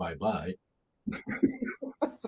bye-bye